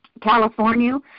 California